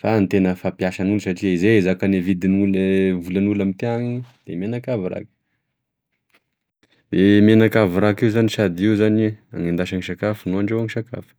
fa ny tena fampiasan'olo satria zay e zakagne vidin'olo e volanolo amty any de menaky a vraky de menaky a vraky io zany sady io zany anendasany sakafo gne andrahoy sakafo.